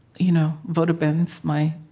you know vote against my